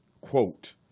quote